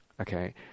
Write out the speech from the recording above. Okay